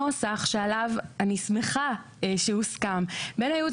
הנוסח שעליו אני שמחה שהוסכם בין הייעוץ